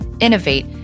innovate